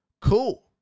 Cool